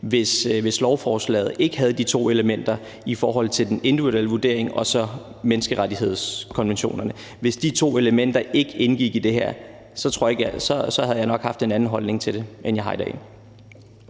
hvis lovforslaget ikke havde de to elementer i forhold til den individuelle vurdering og så menneskerettighedskonventionerne. Hvis de to elementer ikke indgik i det her, havde jeg nok haft en anden holdning til det, end jeg har i dag.